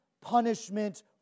punishment